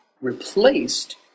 replaced